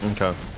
Okay